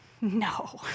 No